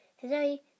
today